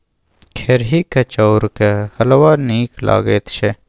खेरहीक चाउरक हलवा नीक लगैत छै